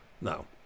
No